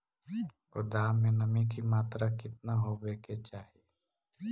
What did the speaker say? गोदाम मे नमी की मात्रा कितना होबे के चाही?